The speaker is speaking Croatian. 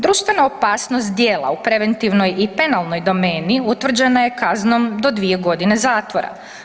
Društvena opasnost djela u preventivnoj i penalnoj domeni utvrđena je kaznom do 2 godine zatvora.